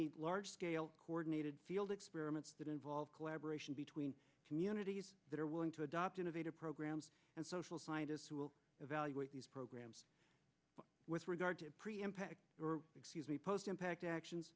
need large scale coordinated field experiments that involve collaboration between communities that are willing to adopt innovative programs and social scientists who will evaluate these programs with regard to preempt or excuse me post impact actions